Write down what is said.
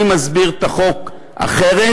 אני מסביר את החוק אחרת,